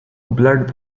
blood